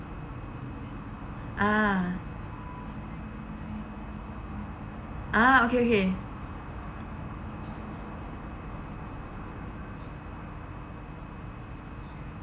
ah ah okay okay